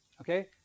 Okay